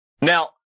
Now